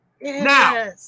Now